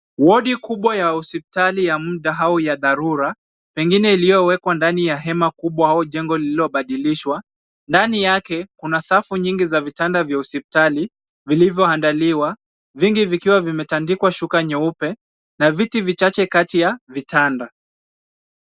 Wodi kubwa ya hospitali ya mda au dharura pengine lililowekwa ndani ya hema au jengo lililobadilishwa. Ndani yake kuna safu vingi vya vitanda vya hospitali vilivyoandaliwa. Vimetandikwa shuka nyeupe na viti vichache kati ya vitanda.